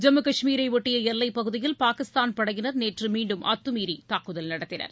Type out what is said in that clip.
ஜம்மு கஷ்மீரை ஒட்டிய எல்லைப் பகுதியில் பாகிஸ்தான் படையினர் நேற்று மீண்டும் அத்துமீறி தாக்குதல் நடத்தினர்